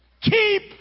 Keep